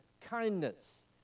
kindness